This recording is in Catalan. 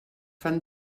fan